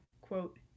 quote